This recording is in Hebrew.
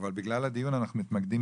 כלל התלמידים,